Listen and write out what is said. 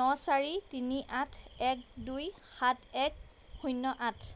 ন চাৰি তিনি আঠ এক দুই সাত এক শূন্য আঠ